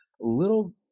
little